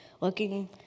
looking